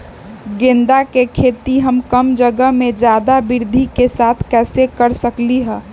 गेंदा के खेती हम कम जगह में ज्यादा वृद्धि के साथ कैसे कर सकली ह?